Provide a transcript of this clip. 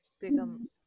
become